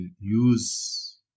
use